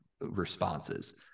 responses